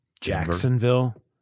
Jacksonville